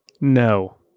No